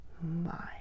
My